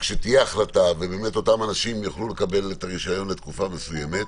שכשתהיה החלטה ואותם אנשים יוכלו לקבל את הרישיון לתקופה מסוימת,